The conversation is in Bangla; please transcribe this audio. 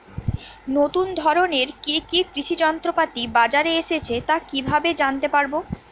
নতুন ধরনের কি কি কৃষি যন্ত্রপাতি বাজারে এসেছে তা কিভাবে জানতেপারব?